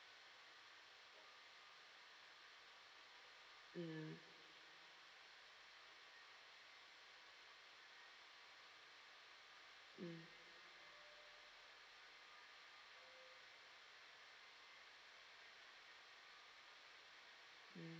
mm mm mm